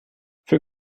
für